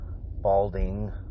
balding